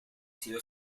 sido